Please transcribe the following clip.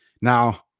Now